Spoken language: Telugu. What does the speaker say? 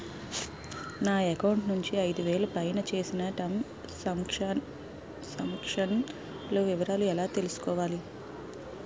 నా అకౌంట్ నుండి ఐదు వేలు పైన చేసిన త్రం సాంక్షన్ లో వివరాలు ఎలా తెలుసుకోవాలి?